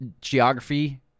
geography